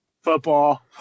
football